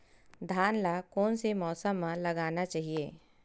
धान ल कोन से मौसम म लगाना चहिए?